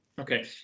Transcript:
Okay